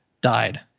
died